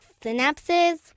Synapses